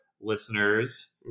listeners